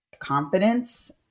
confidence